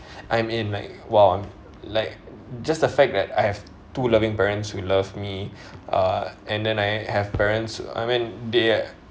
I'm in like !wow! like just the fact that I have two loving parents who love me uh and then I have parents I mean they're